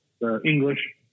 English